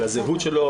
על הזהות שלו,